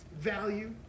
value